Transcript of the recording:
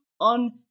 on